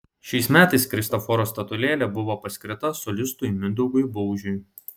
šiais metais kristoforo statulėlė buvo paskirta solistui mindaugui baužiui